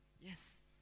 Yes